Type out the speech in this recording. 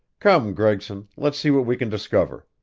comes gregson, let's see what we can discover.